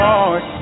Lord